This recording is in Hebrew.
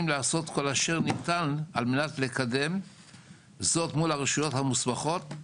לעשות כל אשר ניתן על מנת לקדם זאת מול הרשויות המוסמכות,